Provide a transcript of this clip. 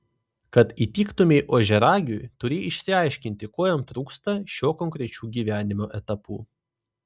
kad įtiktumei ožiaragiui turi išsiaiškinti ko jam trūksta šiuo konkrečiu gyvenimo etapu